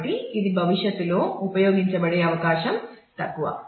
కాబట్టి ఇది భవిష్యత్తులో ఉపయోగించబడే అవకాశం తక్కువ